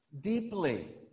deeply